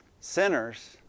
sinners